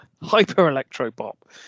Hyper-electro-pop